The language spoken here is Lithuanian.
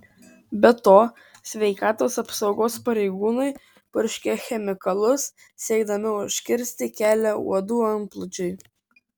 be to sveikatos apsaugos pareigūnai purškia chemikalus siekdami užkirsti kelią uodų antplūdžiui